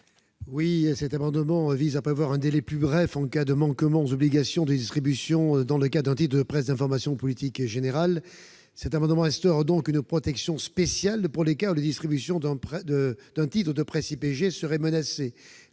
? Cet amendement vise à fixer un délai plus bref en cas de manquement aux obligations de distribution d'un titre de presse d'information politique et générale. Il tend donc à instaurer une protection spéciale pour les cas où la distribution d'un titre de presse IPG serait menacée.